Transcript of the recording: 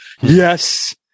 Yes